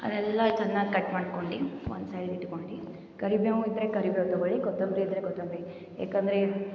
ಅದೆಲ್ಲ ಚೆನ್ನಾಗ್ ಕಟ್ ಮಾಡ್ಕೊಂಡು ಒಂದು ಸೈಡ್ ಇಟ್ಕೊಂಡು ಕರಿಬೇವು ಇದ್ರೆ ಕರಿಬೇವು ತಗೊಳ್ಳಿ ಕೊತ್ತಂಬ್ರಿ ಇದ್ರೆ ಕೊತ್ತಂಬ್ರಿ ಏಕಂದ್ರೆ